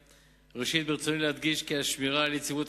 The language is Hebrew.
ראשית ברצוני להדגיש כי השמירה על יציבות